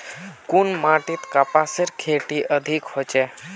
कुन माटित कपासेर खेती अधिक होचे?